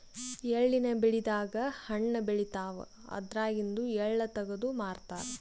ಎಳ್ಳಿನ್ ಬೆಳಿದಾಗ್ ಹಣ್ಣ್ ಬೆಳಿತಾವ್ ಅದ್ರಾಗಿಂದು ಎಳ್ಳ ತಗದು ಮಾರ್ತಾರ್